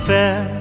Fair